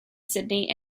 sydney